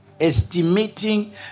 estimating